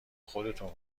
خودتون